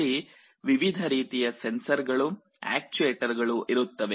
ಅಲ್ಲಿ ವಿವಿಧ ರೀತಿಯ ಸೆನ್ಸರ್ಗಳು ಆಕ್ಟುಏಟರ್ಗಳು ಇರುತ್ತವೆ